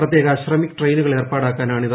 പ്രത്യേക ശ്രമിക് ട്രെയിനുകൾ ഏർപ്പാടാക്കാനാണിത്